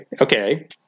okay